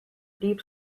deep